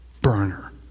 burner